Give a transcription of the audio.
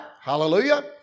Hallelujah